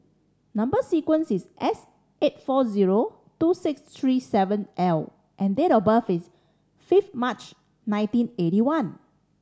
number sequence is S eight four zero two six three seven L and date of birth is fifth March nineteen eighty one